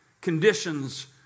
conditions